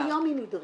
גם היום היא נדרשת.